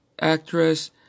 actress